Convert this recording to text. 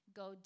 go